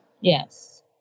Yes